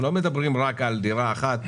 אנחנו לא מדברים רק על דירה אחת.